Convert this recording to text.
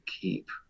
keep